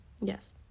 Yes